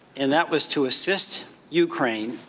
and that was to assist ukraine,